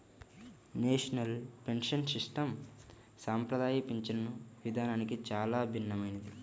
national pension system సంప్రదాయ పింఛను విధానానికి చాలా భిన్నమైనది